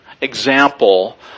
example